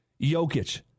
Jokic